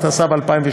התשס"ז 2007,